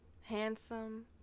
handsome